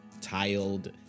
tiled